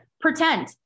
Pretend